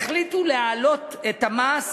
החליטו להעלות את המס